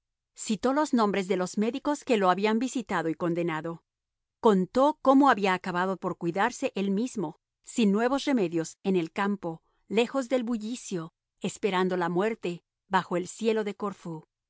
citó los nombres de los médicos que lo habían visitado y condenado contó cómo había acabado por cuidarse él mismo sin nuevos remedios en el campo lejos del bullicio esperando la muerte bajo el cielo de corfú